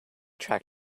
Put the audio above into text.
track